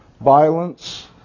violence